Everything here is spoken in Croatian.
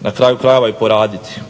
na kraju krajeva i poraditi.